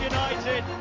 United